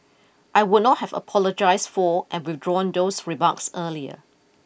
I would not have apologised for and withdrawn those remarks earlier